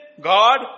God